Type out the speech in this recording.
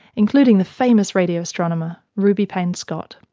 including the famous radio astronomer ruby payne-scott.